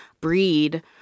breed